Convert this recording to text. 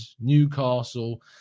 Newcastle